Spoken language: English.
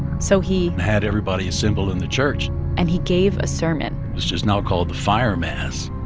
so he. had everybody assemble in the church and he gave a sermon. which is now called the fire mass